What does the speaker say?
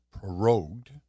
prorogued